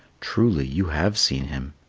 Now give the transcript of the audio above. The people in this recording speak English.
truly, you have seen him.